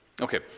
Okay